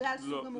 בגלל סוג המוגבלות?